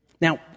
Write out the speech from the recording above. Now